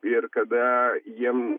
ir kada jiem